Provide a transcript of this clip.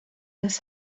his